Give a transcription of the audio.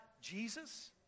Jesus